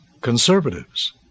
conservatives